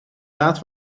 laat